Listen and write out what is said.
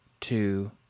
two